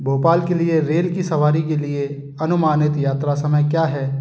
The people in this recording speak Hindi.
भोपाल के लिए रेल की सवारी के लिए अनुमानित यात्रा समय क्या है